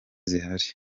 zihari